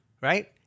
right